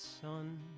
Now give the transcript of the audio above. sun